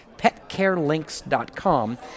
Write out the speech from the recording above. petcarelinks.com